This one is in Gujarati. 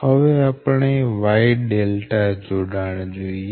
હવે આપણે Y જોડાણ જોઈએ